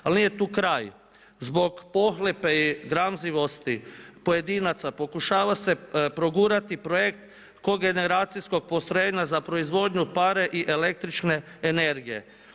Ali nije tu kraj, zbog pohlepe i gramzivosti pojedinaca pokušava se progurati projekt kod generacijskog postrojenja za proizvodnju pare i električne energije.